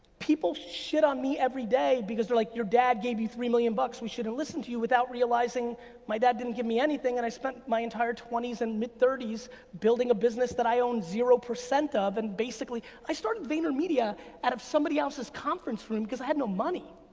people shit on me everyday, because they're like, you're dad gave three million bucks, we shouldn't listen to you, without realizing my dad didn't give me anything, and i spent my entire twenty s and mid thirty s building a business that i own zero percent of and basically, i started vayner media out of somebody else's conference room, cause i had no money.